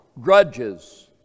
grudges